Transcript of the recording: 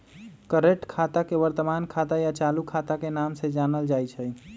current खाता के वर्तमान खाता या चालू खाता के नाम से जानल जाई छई